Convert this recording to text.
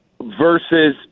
versus